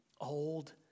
old